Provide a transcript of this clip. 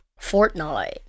Fortnite